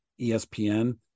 ESPN